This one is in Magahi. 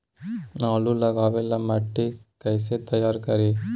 आलु लगावे ला मिट्टी कैसे तैयार करी?